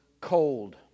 cold